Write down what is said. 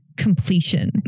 Completion